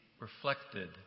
reflected